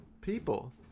people